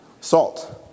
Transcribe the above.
Salt